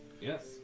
Yes